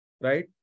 Right